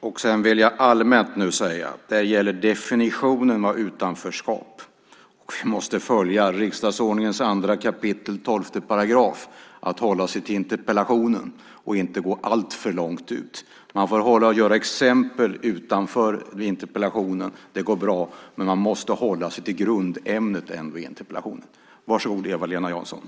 Jag vill allmänt säga att det här gäller definitionen av utanförskap. Vi måste följa riksdagsordningens 2 kap. 12 §- att hålla sig till interpellationen och inte gå alltför långt ut. Det går bra att ta exempel utanför interpellationen, men man måste ändå hålla sig till grundämnet i interpellationen.